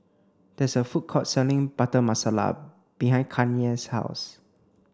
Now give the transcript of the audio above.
there is a food court selling Butter Masala behind Kanye's house